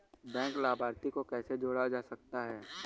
Bank लाभार्थी को कैसे जोड़ा जा सकता है?